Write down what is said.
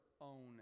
own